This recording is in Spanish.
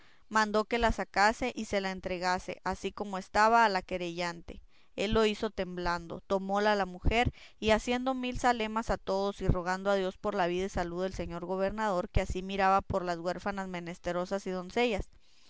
mandó que la sacase y se la entregase así como estaba a la querellante él lo hizo temblando tomóla la mujer y haciendo mil zalemas a todos y rogando a dios por la vida y salud del señor gobernador que así miraba por las huérfanas menesterosas y doncellas